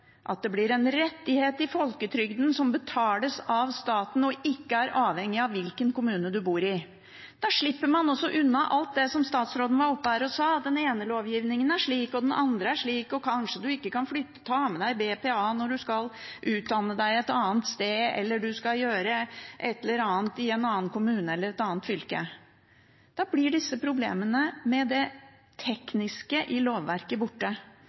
at det blir en rettighet i folketrygden som betales av staten og ikke er avhengig av hvilken kommune man bor i. Da slipper man også unna alt det som statsråden var oppe her og sa – at den ene lovgivningen er slik, og den andre er slik, og kanskje en ikke kan ta med seg BPA når en skal utdanne seg et annet sted, eller en skal gjøre et eller annet i en annen kommune eller et annet fylke. Da blir disse problemene med det tekniske i lovverket borte.